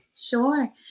Sure